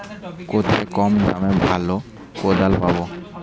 কোথায় কম দামে ভালো কোদাল পাব?